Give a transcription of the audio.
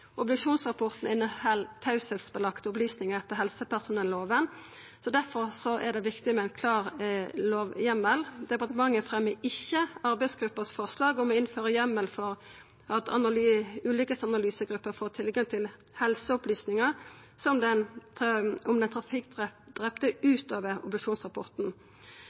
Obduksjonsrapporten inneheld teiepliktige helseopplysningar etter helsepersonellova. Difor er det viktig med ein klar lovheimel. Departementet fremjar ikkje forslaget frå arbeidsgruppa om å innføra ein heimel for at ulykkesanalysegruppa får tilgang til helseopplysningar om den